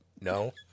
no